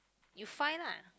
you find lah